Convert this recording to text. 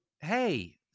hey